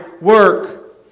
work